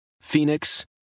Phoenix